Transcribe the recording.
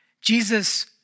Jesus